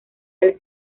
del